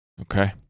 Okay